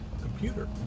computer